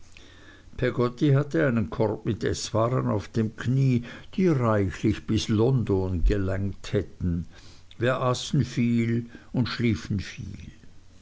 peggotty hatte einen korb mit eßwaren auf dem knie die reichlich bis london gelangt hätten wir aßen viel und schliefen viel